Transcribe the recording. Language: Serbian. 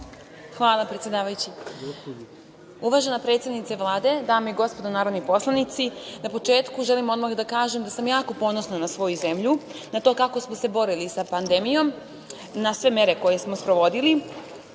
Hvala, predsedavajući. Uvažena predsednice Vlade, dame i gospodo narodni poslanici, na početku želim odmah da kažem da sam jako ponosna na svoju zemlju, na to kako smo se borili sa pandemijom, na sve mere koje smo sprovodili,